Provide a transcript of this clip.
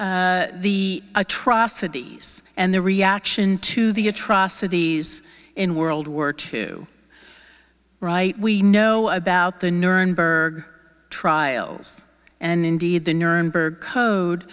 the atrocities and the reaction to the atrocities in world war two right we know about the nuremberg trials and indeed the nuremberg